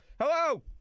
Hello